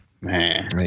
Man